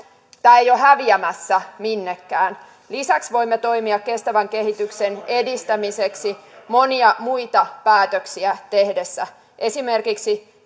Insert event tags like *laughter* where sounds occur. tämä ei ole häviämässä minnekään lisäksi voimme toimia kestävän kehityksen edistämiseksi monia muita päätöksiä tehtäessä esimerkiksi *unintelligible*